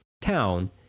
town